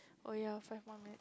oh ya five more minutes